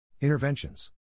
Interventions